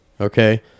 okay